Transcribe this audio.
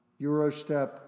Eurostep